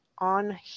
on